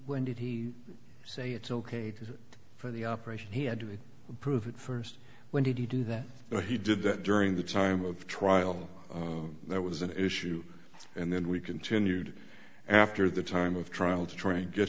when did he say it's ok for the operation he had to approve it first when did he do that but he did that during the time of trial there was an issue and then we continued after the time of trial to try and get